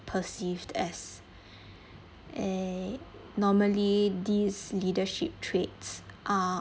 perceived as eh normally these leadership traits are